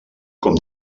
com